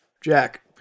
Jack